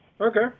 Okay